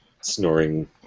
snoring